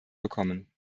bekommen